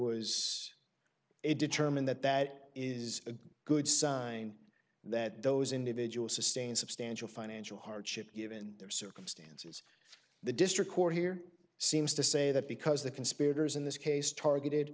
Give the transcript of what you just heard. was it determined that that is a good sign that those individuals sustained substantial financial hardship given their circumstance the district court here seems to say that because the conspirators in this case targeted